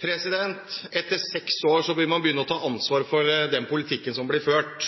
Etter seks år bør man begynne å ta ansvar for den politikken som blir ført.